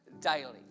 Daily